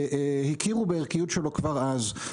הכירו בערכיות שלו כבר אז.